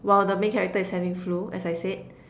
while the main character is having flu as I said